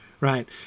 right